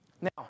Now